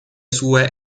sue